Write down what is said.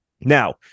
Now